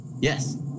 Yes